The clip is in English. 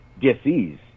disease